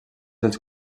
dels